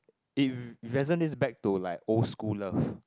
it resonates back to like old school love